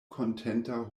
kontenta